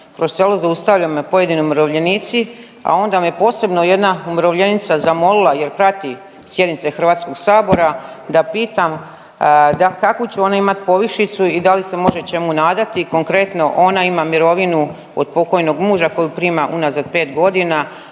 kroz selo zaustavljaju me pojedini umirovljenici, a onda me posebno jedna umirovljenica zamolila jer prati sjednice HS da pitam da kakvu će oni imat povišicu i da li se može čemu nadati, konkretno ona ima mirovinu od pokojnog muža koju prima unazad 5.g.,